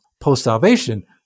post-salvation